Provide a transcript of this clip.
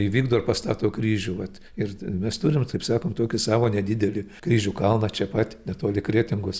įvykdo ir pastato kryžių vat ir mes turim taip sakom savo tokį savo nedidelį kryžių kalną čia pat netoli kretingos